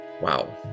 Wow